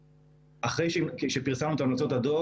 אחרי שפרסמנו את המלצות הדוח